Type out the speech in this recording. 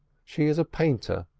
she is a painter,